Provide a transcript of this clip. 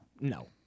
No